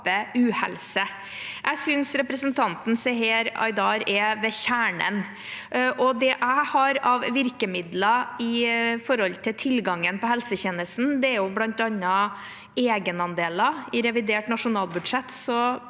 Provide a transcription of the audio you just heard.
Jeg synes representanten Seher Aydar er ved kjernen, og det jeg har av virkemidler når det gjelder tilgangen på helsetjenesten, er bl.a. egenandeler. I revidert nasjonalbudsjett